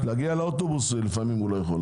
להגיע לאוטובוס לפעמים הוא לא יכול.